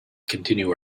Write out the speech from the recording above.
continue